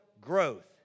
growth